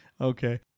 Okay